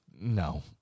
No